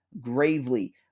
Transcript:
Gravely